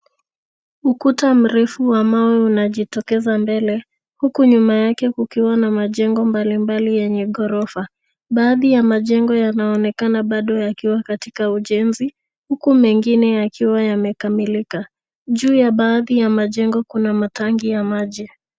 Ukuta mrefu wa mawe unajitokeza mbele huku nyuma yake kukiwa na majengo mbalimbali yenye ghorofa. Baadhi ya majengo yanaonekana bado yakiwa katika ujenzi huku mengine yakiwa yamekamilika. Juu ya baadhi ya majengo kuna matanki ya maji.